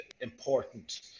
important